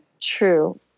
True